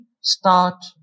start